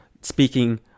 speaking